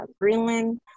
Greenland